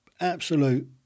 absolute